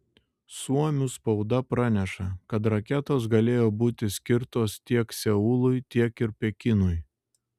suomių spauda praneša kad raketos galėjo būti skirtos tiek seului tiek ir pekinui